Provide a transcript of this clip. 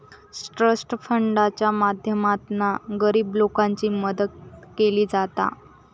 trust फंडाच्या माध्यमातना गरीब लोकांची मदत केली जाता